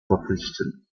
verpflichten